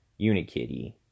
Unikitty